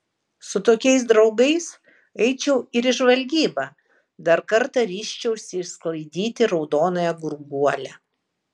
su tokiais draugais eičiau ir į žvalgybą dar kartą ryžčiausi išsklaidyti raudonąją gurguolę